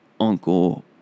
uncle